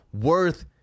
worth